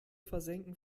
versenken